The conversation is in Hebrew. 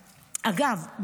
אגב,